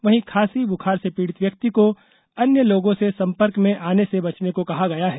वहीं खांसी बुखार से पीड़ित व्यक्ति को अन्य लोगों से संपर्क में आने से बचने को कहा गया है